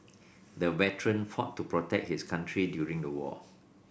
the veteran fought to protect his country during the war